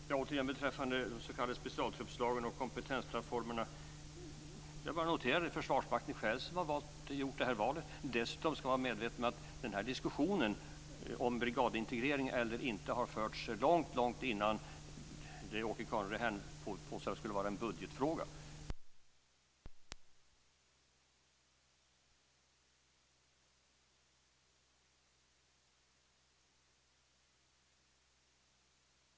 Fru talman! Återigen, beträffande specialtruppslagen och kompetensplattformarna noterar jag bara att det är Försvarsmakten själv som har gjort det här valet. Dessutom ska man vara medveten om att diskussionen om brigadintegrering eller inte har förts långt innan. Åke Carnerö påstår att det skulle vara en budgetfråga. Den här frågeställningen har funnits inom Försvarsmaktens egen kompetenssfär under ett antal år. Nu har man alltså landat i den här bedömningen. Jag noterar bara detta. Sedan kan jag bara upprepa att Åke Carnerö efterlyser en bred uppgörelse, men kristdemokraterna valde att kliva av Försvarsberedningen.